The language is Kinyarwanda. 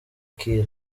kiir